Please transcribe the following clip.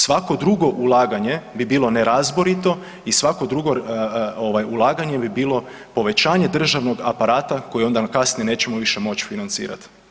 Svako drugo ulaganje bi bilo nerazborito i svako drugo ovaj ulaganje bi bilo povećanje državnog aparata koji onda kasnije nećemo više moći financirati.